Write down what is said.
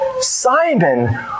Simon